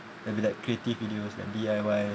there'd be like creative videos like D_I_Y